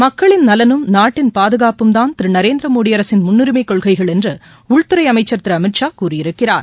மக்களின் நலனும் நாட்டின் பாதுகாப்பும்தான் திரு நரேந்திரமோடி அரசின் முன்னுரிமை கொள்கைகள் என்று உள்துறை அமைச்சர் திரு அமித்ஷா கூறியிருக்கிறார்